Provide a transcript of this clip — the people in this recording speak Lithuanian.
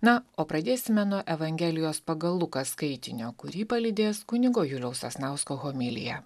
na o pradėsime nuo evangelijos pagal luką skaitinio kurį palydės kunigo juliaus sasnausko homilija